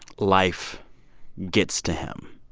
life gets to him.